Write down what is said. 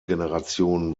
generation